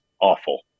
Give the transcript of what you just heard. awful